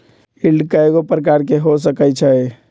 yield कयगो प्रकार के हो सकइ छइ